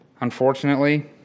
unfortunately